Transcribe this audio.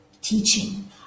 teaching